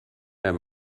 der